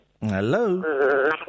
Hello